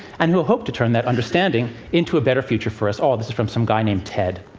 and who hope to turn that understanding into a better future for us all? this is from some guy named ted.